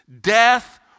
Death